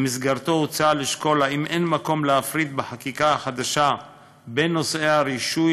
שבמסגרתו הוצע לשקול אם אין מקום להפריד בחקיקה החדשה בין נושאי הרישוי